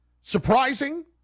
surprising